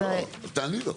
לא, אז תעני לו.